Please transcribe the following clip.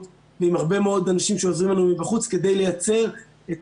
ועם הרבה מאוד אנשים שעוזרים לנו מבחוץ כדי לייצר את